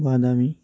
বাদামী